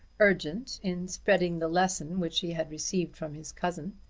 urgent in spreading the lesson which he had received from his cousin.